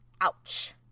Ouch